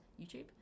YouTube